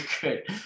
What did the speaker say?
good